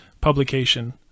publication